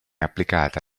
applicata